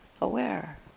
Aware